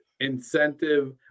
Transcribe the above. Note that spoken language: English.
incentive